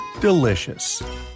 delicious